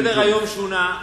סדר-היום שונה.